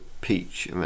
peach